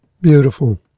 Beautiful